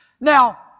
Now